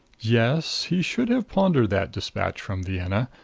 yes he should have pondered that despatch from vienna.